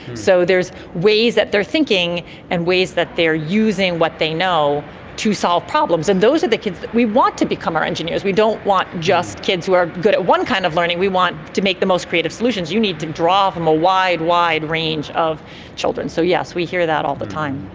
so there's ways that they are thinking and ways that they are using what they know to solve problems, and those are the kids that we want to become our engineers. we don't want just kids who are good at one kind of learning, we want to make the most creative solutions. you need to draw from a wide, wide range of children. so yes, we hear that all the time.